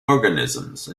organisms